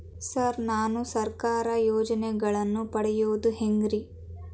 Sir ನಾನು ಸರ್ಕಾರ ಯೋಜೆನೆಗಳನ್ನು ಪಡೆಯುವುದು ಹೆಂಗ್ರಿ?